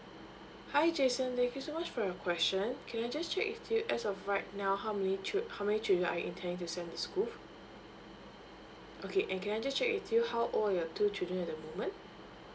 hi jason thank you so much for your question can I just check with you as of right now how many child~ how many children are you intend to send to school okay and can I just check with you how old your two children at the moment